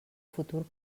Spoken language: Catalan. futur